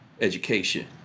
education